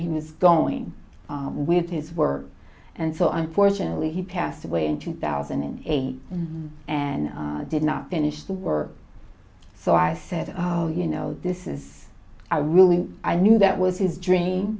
he was going with his work and so unfortunately he passed away in two thousand and eight and did not finish the work so i said oh you know this is i really i knew that was his dream